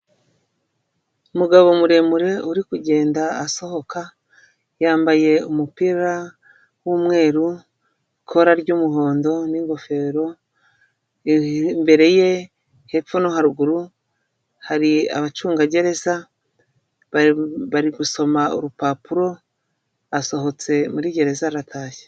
Umugabo muremure uri kugenda asohoka, yambaye umupira w'umweru, ikora ry'umuhondo, n'ingofero, imbere ye hepfo no haruguru hari abacungagereza, bari gusoma urupapuro asohotse muri gereza aratashye.